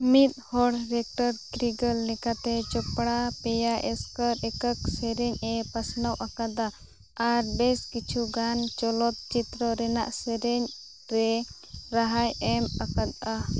ᱢᱤᱫᱦᱚᱲ rector Krieger ᱞᱮᱠᱟᱛᱮ ᱪᱚᱯᱲᱟᱣ ᱯᱮᱭᱟ ᱮᱥᱠᱟᱨ ᱮᱠᱚᱠ ᱥᱮᱨᱮᱧᱮ ᱯᱟᱥᱱᱟᱣ ᱟᱠᱟᱫᱟ ᱟᱨ ᱵᱮᱥ ᱠᱤᱪᱷᱩᱜᱟᱱ ᱪᱚᱞᱚᱛ ᱪᱤᱛᱟᱹᱨ ᱨᱮᱱᱟᱜ ᱥᱮᱨᱮᱧᱨᱮ ᱨᱟᱦᱟᱭ ᱮᱢ ᱟᱠᱟᱫᱟ